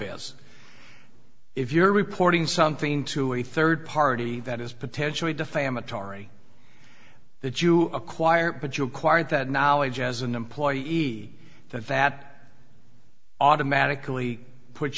is if you're reporting something to a third party that is potentially defamatory that you acquired but you acquired that knowledge as an employee e that that automatically put